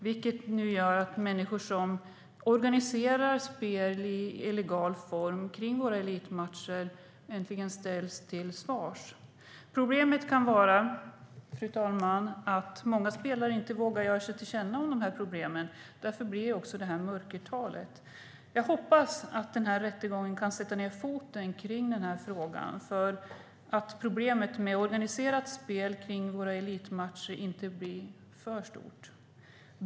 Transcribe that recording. De människor som organiserar spel i illegal form kring våra elitmatcher ställs nu äntligen till svars. Problemet kan vara att många spelare inte vågar ge sig till känna. Därför blir det ett mörkertal. Jag hoppas att denna rättegång kan leda till att man tydligt sätter ned foten, så att problemet med organiserat spel om våra elitmatcher inte blir för stort.